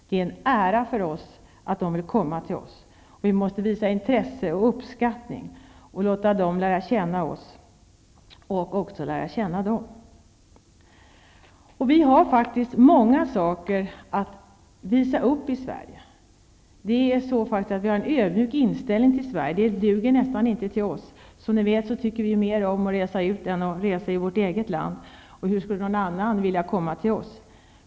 Det är en ära för oss att de vill komma till vårt land. Vi måste visa intresse och uppskattning, låta dem lära känna oss och också lära känna dem. Vi har faktiskt många saker att visa upp i Sverige. Vi har en ödmjuk inställning till Sverige. Det duger nästan inte till oss. Vi tycker mera om att resa utomlands än i vårt eget land. Hur skulle någon annan vilja komma till oss?